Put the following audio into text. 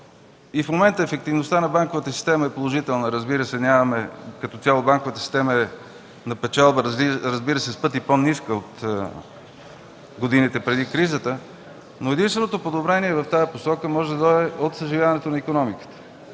и в момента ефективността на банковата система е положителна, разбира се, като цяло банковата система в момента е на печалба, която е с пъти по-ниска от годините преди кризата, но единственото подобрение в тази посока може да дойде от съживяването на икономиката